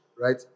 right